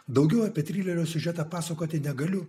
daugiau apie trilerio siužetą pasakoti negaliu